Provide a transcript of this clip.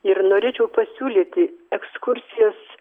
ir norėčiau pasiūlyti ekskursijas